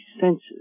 senses